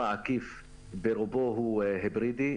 היבוא העקיף ברובו הוא היברידי.